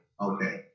okay